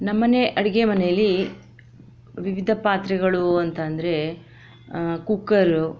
ನಮ್ಮ ಮನೆ ಅಡಿಗೆ ಮನೆಯಲ್ಲಿ ವಿವಿಧ ಪಾತ್ರೆಗಳೂ ಅಂತ ಅಂದರೆ ಕುಕ್ಕರು